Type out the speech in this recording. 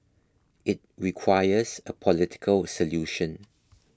it requires a political solution